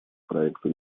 проекту